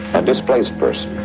and displaced person,